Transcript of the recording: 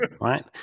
right